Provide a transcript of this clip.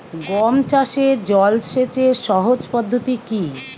গম চাষে জল সেচের সহজ পদ্ধতি কি?